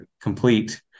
complete